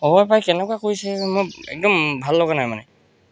পাই কেনকুৱা কৰিছে মোৰ একদম ভাল লগা নাই মানে